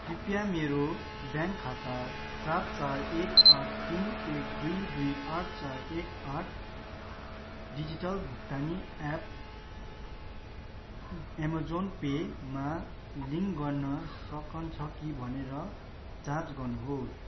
कृपया मेरो ब्याङ्क खाता सात चार एक आठ तिन एक दुई दुई आठ चार एक आठ डिजिटल भुक्तानी एप्प अमेजन पेमा लिङ्क गर्न सकिन्छ कि भनेर जाँच गर्नु होस्